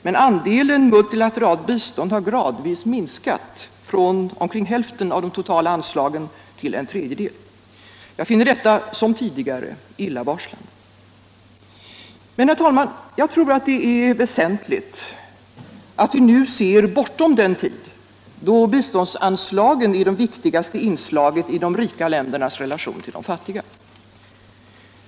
Men andelen multilateralt bistånd har gradvis minskat från omkring hälften av de totala anslagen till en tredjedel. Jag finner detta, som tidigare, illavarslande. | Men, herr talman, jag tror att det är väsentligt att vi nu ser bortom den tid då biståndsanslagen är de viktigaste inslagen i de rika ländernas relation till de fattiga.